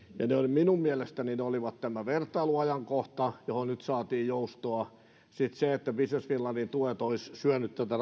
minun mielestäni ne olivat tämä vertailuajankohta johon nyt saatiin joustoa sitten se että business finlandin tuet olisivat syöneet tätä